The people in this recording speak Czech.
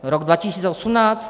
Rok 2018.